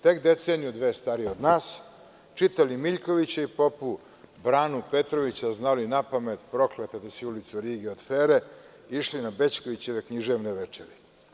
Tek deceniju dve starije od nas, čitali Miljkovića, Popu, Branu Petrovića znali napamet, „Prokleta da si ulico“ od Rige od Fere, išli na Bećkovićeve književne večeri.